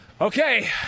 Okay